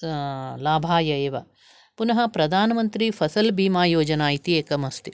लाभाय एव पुनः प्रधानमन्त्री फसल् भीमा योजनमिति एकमस्ति